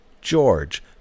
George